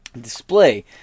display